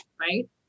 Right